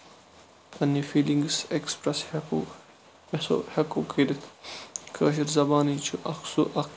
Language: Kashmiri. پَنٕنہِ فیٖلِنگٔس ایٚکٔسپرٛس ہیٚکَو أسۍ ہَو ہیٚکَو کٔرِتھ کٲشِر زَبانٕے چھِ اکھ سُہ اکھ